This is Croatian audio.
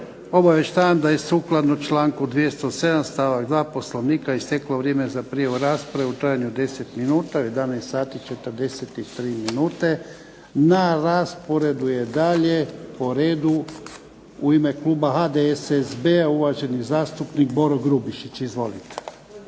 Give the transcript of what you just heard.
Obavještavam da je sukladno članku 207. stavak 2. Poslovnika isteklo vrijeme za prijavu rasprave u trajanju od 10 minuta u 11,43 minute. Na redu je dalje u ime kluba HDSSB-a uvaženi zastupnik Boro Grubišić. Izvolite.